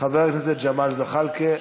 חבר הכנסת ג'מאל זחאלקה נמצא.